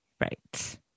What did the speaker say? Right